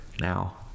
now